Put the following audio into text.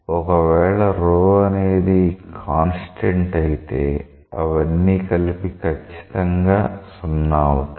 ఒకవేళ ρ అనేది కాన్స్టెంట్ అయితే అవన్నీ కలిపి కచ్చితంగా 0 అవుతాయి